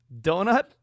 donut